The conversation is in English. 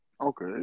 Okay